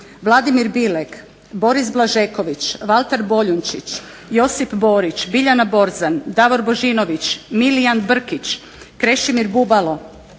Vladimir Bileg, Boris Blažeković, Valter Boljunčić, Josip Borić, Biljana Borzan, Davor Božinović, Miriam Brkić, Krešimir Bubalo,